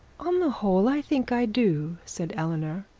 on the whole i think i do said eleanor.